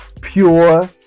pure